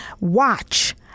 watch